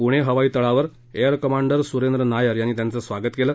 पुणे हवाईतळावर air commander Surendra Nair यांनी त्यांचं स्वागत केलं